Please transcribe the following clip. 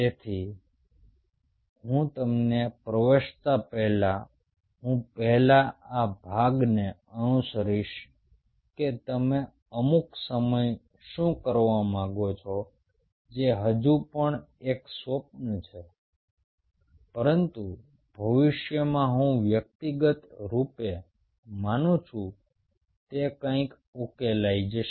તેથી હું તેમાં પ્રવેશતા પહેલા હું પહેલા આ ભાગને અનુસરીશ કે તમે અમુક સમયે શું કરવા માગો છો જે હજુ પણ એક સ્વપ્ન છે પરંતુ ભવિષ્યમાં હું વ્યક્તિગત રૂપે માનું છું તે કંઈક ઉકેલાઈ જશે